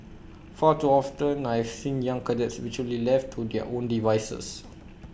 far too often I have seen young cadets virtually left to their own devices